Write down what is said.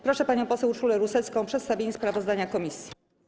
Proszę panią poseł Urszulę Rusecką o przedstawienie sprawozdania komisji.